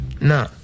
No